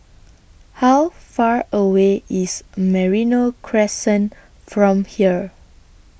How Far away IS Merino Crescent from here